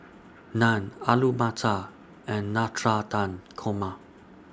Naan Alu Matar and Korma